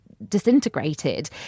disintegrated